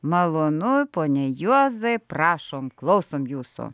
malonu pone juozai prašom klausom jūsų